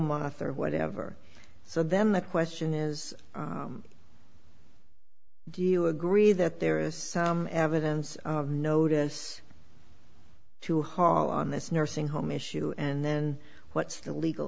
month or whatever so then the question is do you agree that there is some evidence notice to haul on this nursing home issue and then what's the legal